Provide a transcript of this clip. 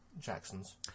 Jackson's